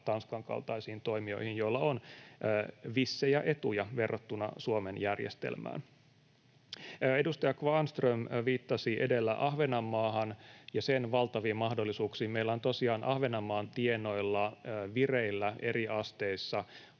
Tanskan kaltaisiin toimijoihin, joilla on vissejä etuja verrattuna Suomen järjestelmään? Edustaja Kvarnström viittasi edellä Ahvenanmaahan ja sen valtaviin mahdollisuuksiin. Meillä on tosiaan Ahvenanmaan tienoilla vireillä eri asteissa